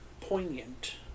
poignant